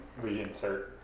reinsert